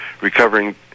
recovering